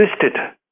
existed